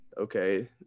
okay